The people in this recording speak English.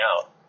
out